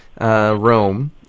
Rome